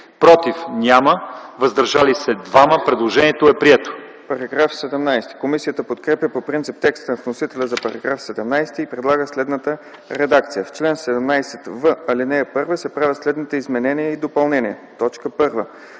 против няма, въздържали се 5. Предложението е прието.